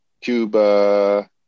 Cuba